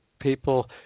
people